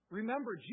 Remember